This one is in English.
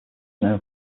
known